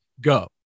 go